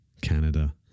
Canada